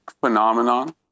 phenomenon